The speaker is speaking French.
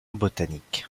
botanique